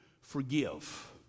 forgive